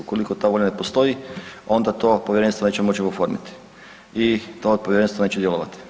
Ukoliko ta volja ne postoji onda to povjerenstvo nećemo moći oformiti i to povjerenstvo neće djelovati.